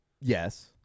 yes